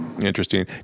Interesting